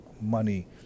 money